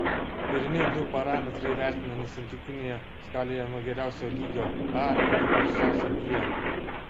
pirmi du parametrai vertinami santykinėje skalėje nuo geriausio lygio a iki prasčiausio g